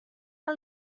que